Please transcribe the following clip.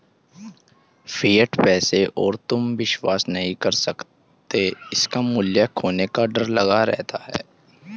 fiat पैसे पर तुम विश्वास नहीं कर सकते इसका मूल्य खोने का डर लगा रहता है